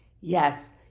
Yes